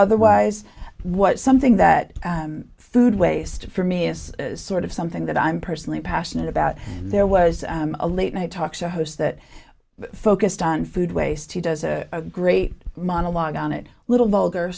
otherwise what something that food waste for me is sort of something that i'm personally passionate about there was a late night talk show hosts that focused on food waste he does a great monologue on it little vulgar